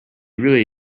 really